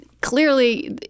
clearly